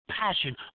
passion